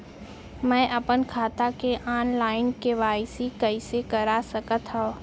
मैं अपन खाता के ऑनलाइन के.वाई.सी कइसे करा सकत हव?